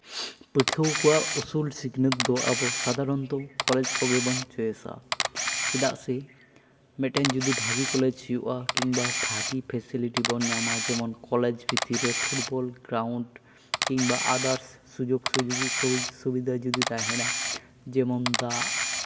ᱯᱟᱹᱴᱷᱩᱣᱟᱹ ᱠᱚᱣᱟᱜ ᱩᱥᱩᱞ ᱥᱤᱠᱷᱱᱟᱹᱛ ᱫᱚ ᱟᱵᱚ ᱥᱟᱫᱷᱟᱨᱚᱱᱚᱛᱚ ᱠᱚᱞᱮᱡᱽ ᱠᱚᱜᱮ ᱵᱚᱱ ᱪᱚᱭᱮᱥᱟ ᱪᱮᱫᱟᱜ ᱢᱤᱫᱴᱮᱱ ᱡᱩᱫᱤ ᱵᱷᱟᱹᱜᱤ ᱠᱚᱞᱮᱡᱽ ᱦᱩᱭᱩᱜᱼᱟ ᱠᱤᱢᱵᱟ ᱵᱷᱟᱹᱜᱤ ᱯᱷᱮᱥᱤᱞᱤᱴᱤᱵᱚᱱ ᱧᱟᱢᱟ ᱡᱮᱢᱚᱱ ᱠᱚᱞᱮᱡᱽ ᱵᱷᱤᱛᱨᱤ ᱨᱮ ᱯᱷᱩᱴᱵᱚᱞ ᱜᱨᱟᱣᱩᱱᱰ ᱠᱤᱢᱵᱟ ᱟᱫᱟᱨᱥ ᱥᱩᱡᱳᱜᱽ ᱥᱩᱵᱤᱫᱷᱟ ᱡᱩᱫᱤ ᱛᱟᱦᱮᱱᱟ ᱡᱮᱢᱚᱱ ᱫᱟᱜ